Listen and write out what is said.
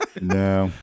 No